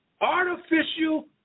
artificial